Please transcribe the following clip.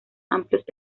amplios